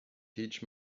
teach